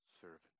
servant